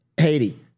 Haiti